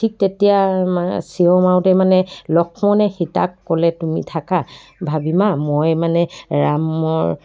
ঠিক তেতিয়া চিঞৰ মাৰোঁতেই মানে লক্ষ্মণে সীতাক ক'লে তুমি থাকা ভাবী মা মই মানে ৰামৰ